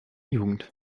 jugend